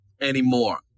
anymore